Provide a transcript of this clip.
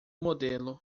modelo